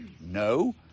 No